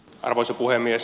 arvoisa puhemies